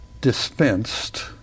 dispensed